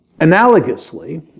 Analogously